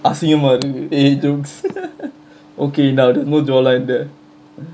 அசிங்கமா இருக்குது:asingamaa irukkuthu eh jokes okay நா ரொம்ப:naa romba jaw line இந்தேன்:inthaen